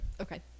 Okay